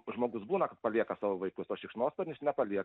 žmogus būna kad palieka savo vaikus o šikšnosparnis nepalieka